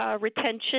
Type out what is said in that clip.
retention